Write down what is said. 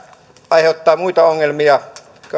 aiheuttavat muita ongelmia